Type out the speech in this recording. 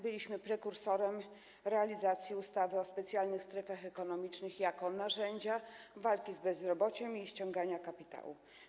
Byliśmy prekursorem realizacji ustawy o specjalnych strefach ekonomicznych jako narzędzia walki z bezrobociem i ściągania kapitału.